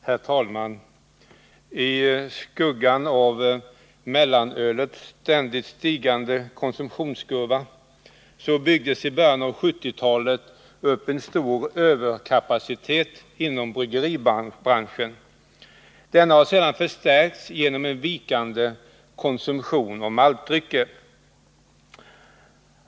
Herr talman! I skuggan av mellanölets ständigt stigande konsumtionskurva byggdes i början av 1970-talet upp en stor överkapacitet inom bryggeribranschen. Denna har sedan förstärkts genom en vikande konsumtion av maltdrycker.